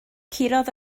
curodd